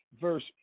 verse